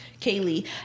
Kaylee